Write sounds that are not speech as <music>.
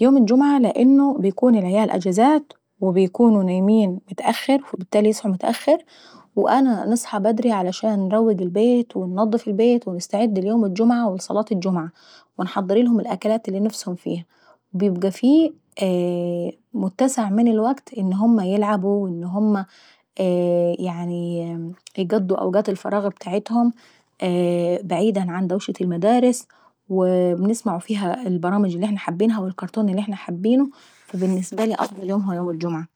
يوم الجمعة لان العيال بيكونوا اجازات وبيناموا متأخر وبيصحوا متأخر وانا نصحى بدري عشان ارنوق البيت وانضف البيت، ونستعد ليوم الجمعة ولصلاة الجمعة. ونحضرلهم الاكلات اللي نفسهم فيهي، وبيبقى في <hesitation> متسع من الوقت ان هما يلعبوا وان هما <hesitation> يعنيي ايقضوا اوكات الفراغ ابتاعتهم بعيدا عن دوشة المدارس، ونسمعوا فيها البرامج اللي احنا حابينها والكرتون اللي احنا حابينه، وبالسنبة لي افضل يوم يوم الجمعة.